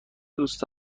دوست